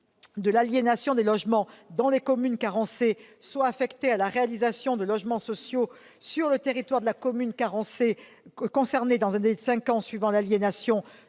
de l'aliénation des logements dans les communes carencées soit affecté à la réalisation de logements sociaux sur le territoire de la commune carencée concernée dans un délai de cinq ans suivant l'aliénation,